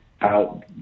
out